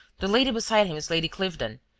the lady beside him is lady cliveden.